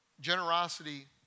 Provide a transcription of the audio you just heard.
generosity